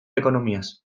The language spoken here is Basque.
ekonomiaz